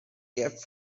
kept